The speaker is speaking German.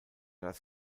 das